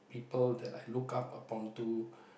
people that I look up upon to